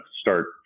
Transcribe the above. start